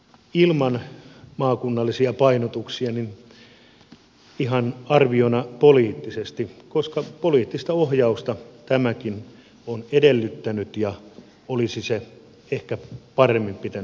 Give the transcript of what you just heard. ilman maakunnallisia painotuksia ihan arviona poliittisesti koska poliittista ohjausta tämäkin on edellyttänyt ja olisi se ehkä paremmin pitänyt hoitaa